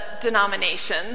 denomination